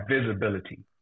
visibility